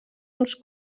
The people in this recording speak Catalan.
uns